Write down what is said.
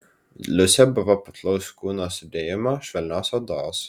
liusė buvo putlaus kūno sudėjimo švelnios odos